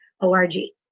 O-R-G